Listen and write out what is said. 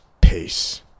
Peace